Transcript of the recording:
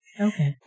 Okay